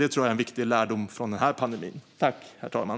Det tror jag är en viktig lärdom från den här pandemin.